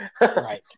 Right